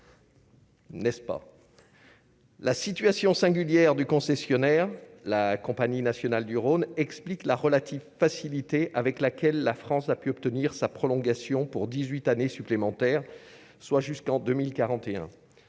N'est-ce pas. La situation singulière du concessionnaire, la Compagnie nationale du Rhône explique la relative facilité avec laquelle la France a pu obtenir sa prolongation pour 18 années supplémentaires, soit jusqu'en 2041,